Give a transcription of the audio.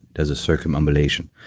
does a circumambulation.